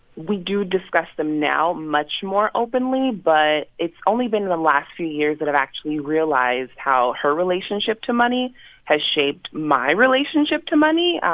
we do discuss them now much more openly, but it's only been in the last few years that i've actually realized how her relationship to money has shaped my relationship to money.